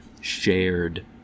shared